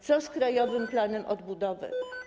Co z Krajowym Planem Odbudowy?